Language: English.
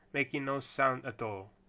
making no sound at all.